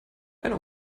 eine